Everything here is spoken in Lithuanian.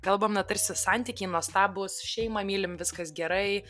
kalbam na tarsi santykiai nuostabūs šeimą mylim viskas gerai